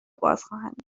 بازخواهند